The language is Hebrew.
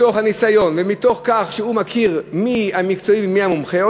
מתוך הניסיון ומתוך כך שהוא מכיר מי המקצועי ומי המומחה.